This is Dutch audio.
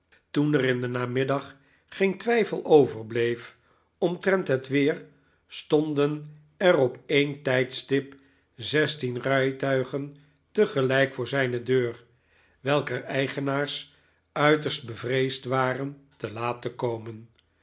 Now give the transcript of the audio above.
toen er in den namiddag geen twijfel overbleef omtrent het weer stonden er op ee'n tijdstip zestien rijtuigen tegeiyk voor zijne deur welker eigenaars uiterst bevreesd waren te laat te komen